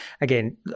again